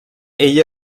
ell